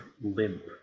limp